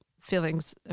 feelings